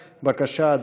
בבקשה,